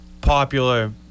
popular